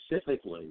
specifically